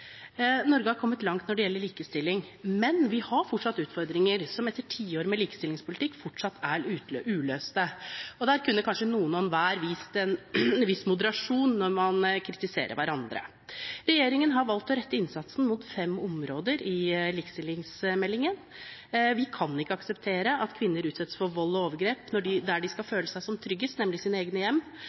Norge har kommet langt når det gjelder likestilling, men vi har fortsatt utfordringer som etter tiår med likestillingspolitikk fortsatt er uløste, og der kunne kanskje noen hver vist moderasjon når man kritiserer hverandre. Regjeringen har valgt å rette innsatsen mot fem områder i likestillingsmeldingen. Vi kan ikke akseptere at kvinner utsettes for vold og overgrep der de skal føle seg som tryggest, nemlig i sine egne hjem.